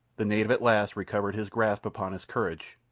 the native at last recovered his grasp upon his courage,